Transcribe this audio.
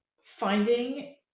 finding